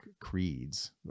creeds